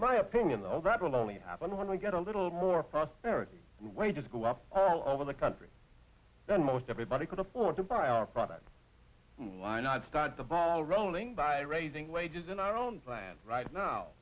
my opinion though that will only happen when we get a little more prosperity and wages go up all over the country then most everybody could afford to buy our product line and start the ball rolling by raising wages in our own land right now